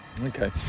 Okay